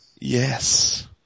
Yes